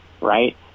right